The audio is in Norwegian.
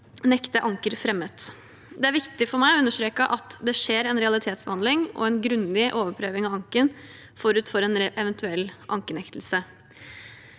nekte anker fremmet. Det er viktig for meg å understreke at det skjer en realitetsbehandling og en grundig overprøving av anken forut for en eventuell ankenektelse.